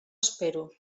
espero